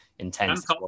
intense